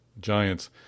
giants